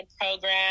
program